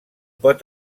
pot